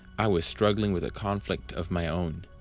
i was struggling with a conflict of my own.